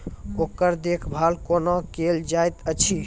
ओकर देखभाल कुना केल जायत अछि?